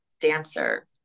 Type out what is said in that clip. dancer